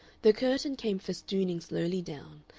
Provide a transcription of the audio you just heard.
the curtain came festooning slowly down,